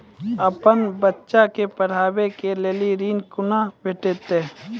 अपन बच्चा के पढाबै के लेल ऋण कुना भेंटते?